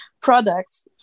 products